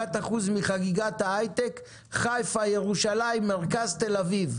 רק בחיפה, ירושלים, המרכז ותל אביב.